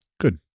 Good